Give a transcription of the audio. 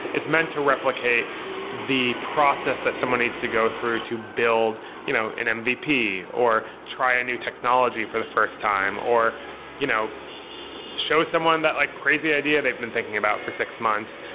it's meant to replicate the process that someone needs to go through to build you know an mvp, or try a new technology for the first time, or you know show someone that like crazy idea they've been thinking about for six months.